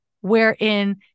wherein